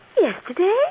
Yesterday